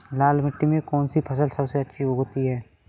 लाल मिट्टी में कौन सी फसल सबसे अच्छी उगती है?